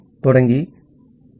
ஆகவே TCPடி